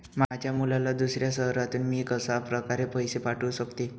माझ्या मुलाला दुसऱ्या शहरातून मी कशाप्रकारे पैसे पाठवू शकते?